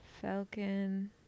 Falcon